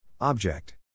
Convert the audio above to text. Object